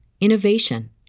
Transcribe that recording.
innovation